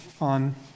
on